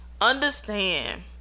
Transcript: understand